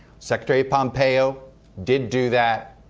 secretary pompeo did do that.